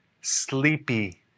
sleepy